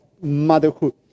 motherhood